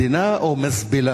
מדינה או מזבלה?